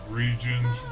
regions